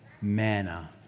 manna